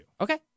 Okay